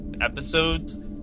episodes